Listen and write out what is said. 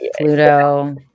Pluto